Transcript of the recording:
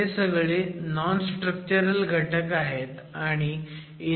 हे सगळे non structural घटक आहेत आणि इन्फिल च्या आतच असतात